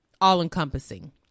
all-encompassing